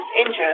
injured